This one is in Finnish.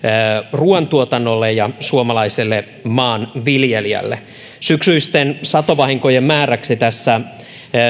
ruuantuotannolle ja suomalaiselle maanviljelijälle syksyisten satovahinkojen määräksi tässä